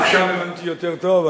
עכשיו הבנתי יותר טוב.